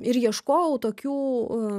ir ieškojau tokių